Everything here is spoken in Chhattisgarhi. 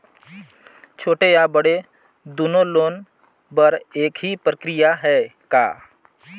छोटे या बड़े दुनो लोन बर एक ही प्रक्रिया है का?